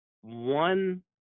one